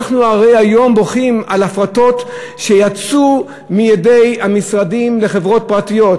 אנחנו הרי היום בוכים על הפרטות שיצאו מידי המשרדים לחברות פרטיות.